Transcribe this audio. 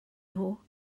nhw